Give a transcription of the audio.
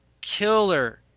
killer